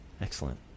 Excellent